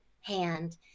hand